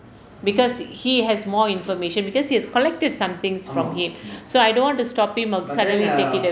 because he has more information because he has collected some things from him so I don't want to stop him and suddenly take it away